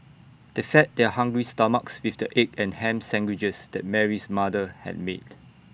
they fed their hungry stomachs with the egg and Ham Sandwiches that Mary's mother had made